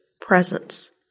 presence